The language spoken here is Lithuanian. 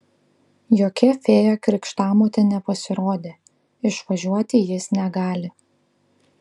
jokia fėja krikštamotė nepasirodė išvažiuoti jis negali